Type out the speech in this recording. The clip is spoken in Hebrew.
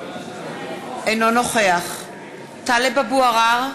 אינו נוכח טלב אבו עראר,